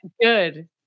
good